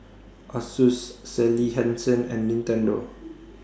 Asus Sally Hansen and Nintendo